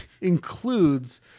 includes